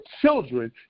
children